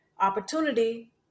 opportunity